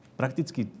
prakticky